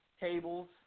tables